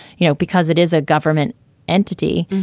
you know, because it is a government entity.